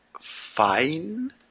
fine